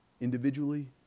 individually